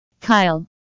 Kyle